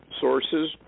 sources